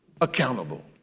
accountable